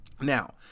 Now